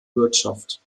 wirtschaft